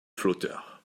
flotteurs